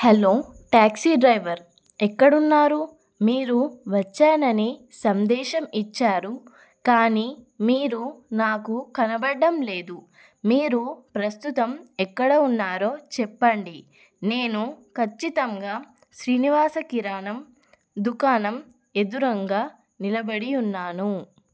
hello taxi driver ఎక్కడున్నారు మీరు వచ్చానని సందేశం ఇచ్చారు కానీ మీరు నాకు కనబడడం లేదు మీరు ప్రస్తుతం ఎక్కడ ఉన్నారో చెప్పండి నేను ఖచ్చితంగా శ్రీనివాస కిరాణం దుకాణం ఎదురంగా నిలబడి ఉన్నాను